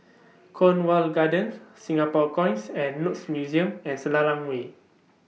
Cornwall Gardens Singapore Coins and Notes Museum and Selarang Way